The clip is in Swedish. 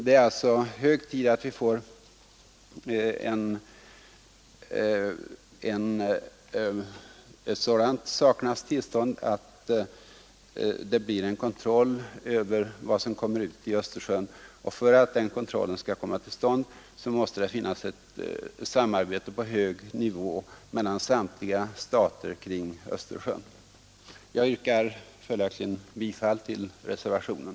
Därför är det hög tid att vi får en kontroll över vad som släpps ut i Östersjön, och för att den kontrollen skall komma till stånd måste det till ett samarbete på hög nivå mellan samtliga stater kring Östersjön. Herr talman! Jag yrkar bifall till reservationen.